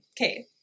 Okay